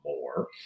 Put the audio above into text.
more